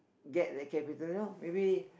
get the capital you know maybe